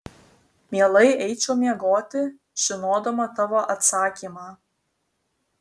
mielai eičiau miegoti žinodama tavo atsakymą